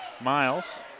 Miles